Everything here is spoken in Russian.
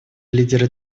лидеры